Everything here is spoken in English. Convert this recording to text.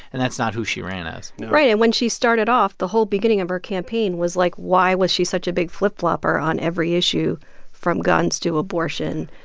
and that's not who she ran ah as right. and when she started off, the whole beginning of her campaign was, like, why was she such a big flip-flopper on every issue from guns to abortion,